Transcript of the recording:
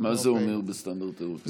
מה זה אומר סטנדרט אירופי?